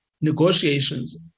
negotiations